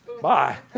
Bye